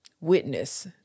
witness